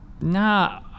nah